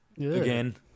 again